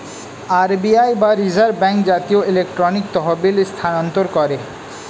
RBI বা reserve bank জাতীয় electronic তহবিল স্থানান্তর করে